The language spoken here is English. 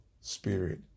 spirit